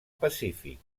pacífic